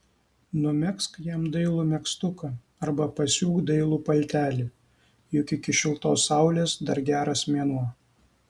numegzk jam dailų megztuką arba pasiūk dailų paltelį juk iki šiltos saulės dar geras mėnuo